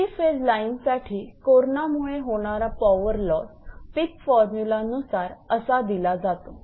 three phase line साठी कोरणामुळे होणारा पॉवर लॉस पिक फॉर्मुलानुसार असा दिला जातो